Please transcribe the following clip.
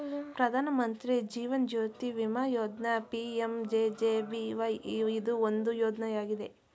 ಪ್ರಧಾನ ಮಂತ್ರಿ ಜೀವನ್ ಜ್ಯೋತಿ ಬಿಮಾ ಯೋಜ್ನ ಪಿ.ಎಂ.ಜೆ.ಜೆ.ಬಿ.ವೈ ಇದು ಒಂದು ಯೋಜ್ನಯಾಗಿದೆ